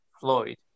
Floyd